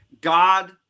god